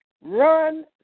run